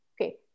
Okay